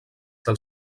del